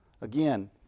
Again